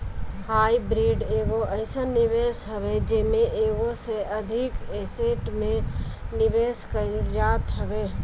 hybrid एगो अइसन निवेश हवे जेमे एगो से अधिक एसेट में निवेश कईल जात हवे